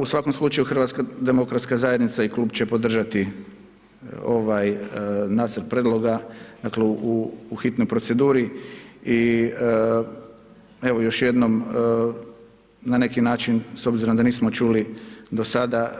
U svakom slučaju HDZ i klub će podržati ovaj nacrt prijedloga, dakle, u hitnoj proceduri i evo, još jednom na neki način, s obzirom da nismo čuli do sada,